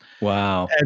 Wow